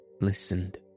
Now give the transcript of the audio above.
listened